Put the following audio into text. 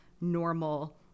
normal